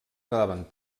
quedaven